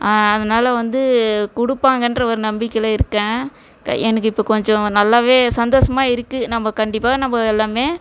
அதனால் வந்து கொடுப்பாங்கன்ற ஒரு நம்பிக்கையில் இருக்கேன் க எனக்கு இப்போ கொஞ்சம் நல்லாவே சந்தோசமாக இருக்குது நம்ம கண்டிப்பாக நம்ம எல்லாமே